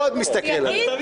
בוא נגיד שאין סיכוי